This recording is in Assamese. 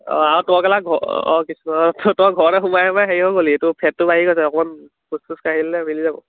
অঁ আৰু তই অঁ কিছুমান তই ঘৰতে সোমাই সোমাই হেৰি হৈ গ'লি তোৰ ফেটটো বাঢ়ি গৈছে অকণমান খোজ চোজকাঢ়ি ল'লে মিলি যাব